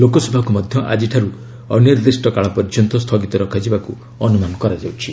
ଲୋକସଭାକୁ ମଧ୍ୟ ଆଜିଠାରୁ ଅନିର୍ଦ୍ଦିଷ୍ଟ କାଳ ପର୍ଯ୍ୟନ୍ତ ସ୍ଥଗିତ ରଖାଯିବାକୁ ଅନୁମାନ କରାଯାଉଛି